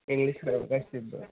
इंलिशफोरा गासिबो